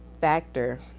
factor